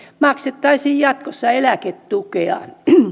maksettaisiin jatkossa eläketukea